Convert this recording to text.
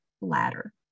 ladder